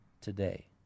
today